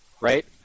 Right